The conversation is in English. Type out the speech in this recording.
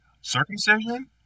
Circumcision